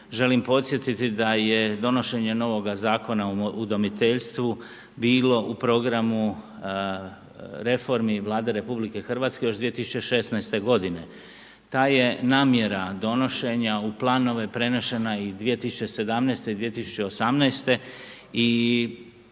Želim podsjetiti da je donošenje novoga Zakona o udomiteljstvu bilo u programu reformi Vlade Republike Hrvatske još 2016. godine. Ta je namjera donošenja u planove prenešena i 2017. i 2018.